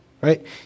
right